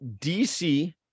DC